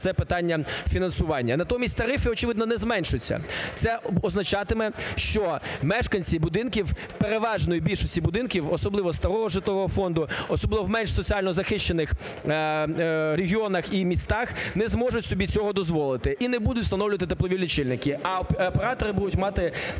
це питання фінансування. Натомість тарифи, очевидно, не зменшаться. Це означатиме, що мешканці будинків, переважної більшості будинків, особливо старого житлового фонду, особливо в менш соціально захищених регіонах і містах, не зможуть собі цього дозволити і не будуть встановлювати теплові лічильники, а оператори будуть мати